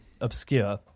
obscure